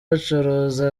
bacuruza